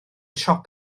siop